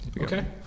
okay